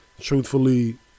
truthfully